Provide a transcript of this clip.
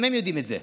גם הם יודעים את זה.